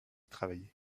travailler